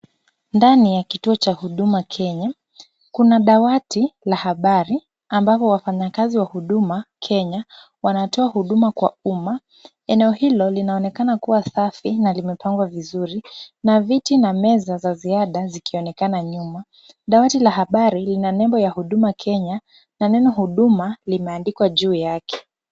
Ndani ya kituo cha Huduma Kenya, kuna dawati la habari, ambapo wafanyakazi wa Huduma Kenya wanatoa huduma kwa uma. Eneo hilo linaonekana kuwa safi na limepangwa vizuri na viti na meza za ziada zikionekana nyuma. Dawati la habari lina nembo ya Huduma Kenya na neno Huduma limeandikwa juu yake.